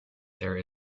there